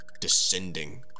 descending